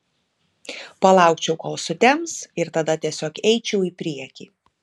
palaukčiau kol sutems ir tada tiesiog eičiau į priekį